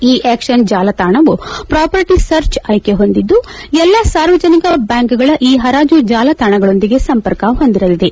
E auction ಜಾಲಾತಾಣವು property search ಆಯ್ಕೆ ಹೊಂದಿದ್ದು ಎಲ್ಲಾ ಸಾರ್ವಜನಿಕ ಬ್ಯಾಂಕ್ಗಳ ಇ ಹರಾಜು ಜಾಲತಾಣಗಳೊಂದಿಗೆ ಸಂಪರ್ಕ ಹೊಂದಿರಲಿದೆ